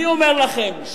אני אומר לכם,